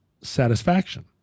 satisfaction